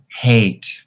hate